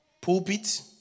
pulpit